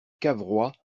cavrois